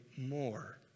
more